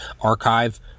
archive